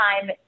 time